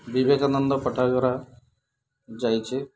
ବିବେକାନନ୍ଦ ପାଠାଗାର ଯାଇଛି